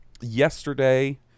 yesterday